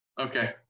Okay